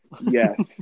yes